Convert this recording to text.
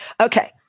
Okay